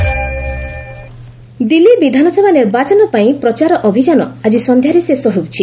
Delhi campaign Delhi ବିଧାନସଭା ନିର୍ବାଚନ ପାଇଁ ପ୍ରଚାର ଅଭିଯାନ ଆଜି ସଂଧ୍ୟାରେ ଶେଷ ହେଉଛି